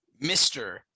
Mr